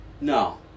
No